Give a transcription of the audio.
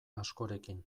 askorekin